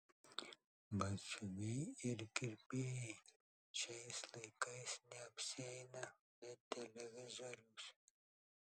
batsiuviai ir kirpėjai šiais laikais neapsieina be televizoriaus